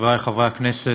חברי חברי הכנסת,